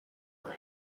our